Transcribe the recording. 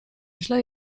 źle